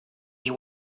you